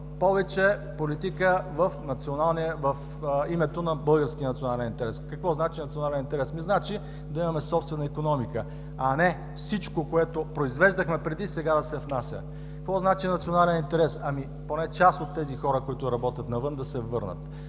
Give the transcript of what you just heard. повече политика в името на българския национален интерес. Какво значи национален интерес? Значи да имаме собствена икономика на всичко, което произвеждахме преди, а сега се внася. Какво значи национален интерес? Ами, поне част от тези хора, които работят навън, да се върнат.